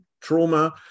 trauma